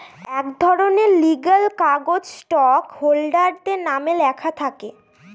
এক ধরনের লিগ্যাল কাগজ স্টক হোল্ডারদের নামে লেখা থাকে